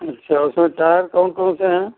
अच्छा उसमें टायर कौन कौन से हैं